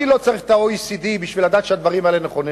אני לא צריך את ה-OECD בשביל לדעת שהדברים האלה נכונים.